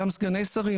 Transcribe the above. גם סגני שרים,